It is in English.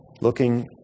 looking